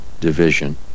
division